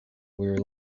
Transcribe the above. were